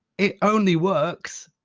it only works!